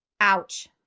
Ouch